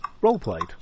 role-played